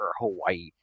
Hawaii